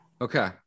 Okay